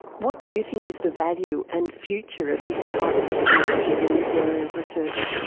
what do you think is the value and future of this type of technology and this area of research?